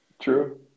True